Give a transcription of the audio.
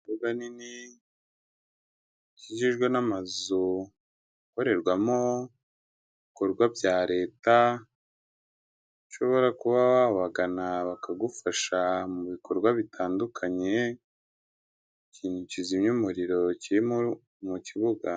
Imbuga nini zigizwe n'amazu akorerwamo ibikorwa bya leta, aho ushobora kuba wagana bakagufasha mu bikorwa bitandukanye, ikintu kizimya umuriro kirimo mu kibuga.